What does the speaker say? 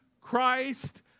Christ